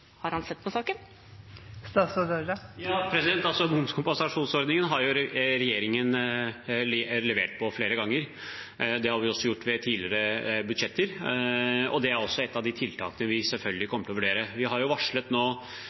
Har han sett på saken? Ja, momskompensasjonsordningen har regjeringen levert på flere ganger. Det har vi gjort i tidligere budsjetter. Det er også et av de tiltakene vi selvfølgelig kommer til å vurdere. Vi har nå gjennom revidert nasjonalbudsjett varslet